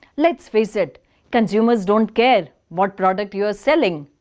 lets face it consumers don't care what product you are selling.